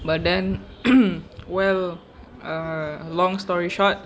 but then well ah long story short